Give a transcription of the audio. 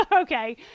okay